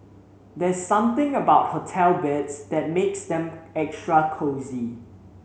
there's something about hotel beds that makes them extra cosy